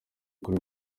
kuri